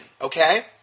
okay